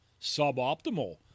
suboptimal